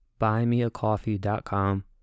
buymeacoffee.com